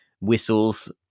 whistles